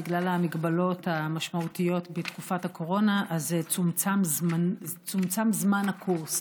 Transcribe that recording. בגלל המגבלות המשמעותיות בתקופת הקורונה צומצם זמן הקורס.